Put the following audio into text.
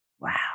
wow